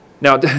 Now